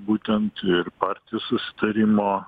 būtent ir partijų susitarimo